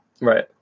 Right